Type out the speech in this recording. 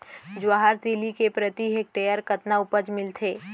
जवाहर तिलि के प्रति हेक्टेयर कतना उपज मिलथे?